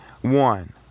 one